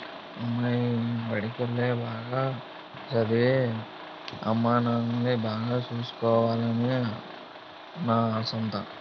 అమ్మాయి బడికెల్లి, బాగా సదవి, అమ్మానాన్నల్ని బాగా సూసుకోవాలనే నా ఆశంతా